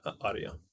audio